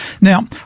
Now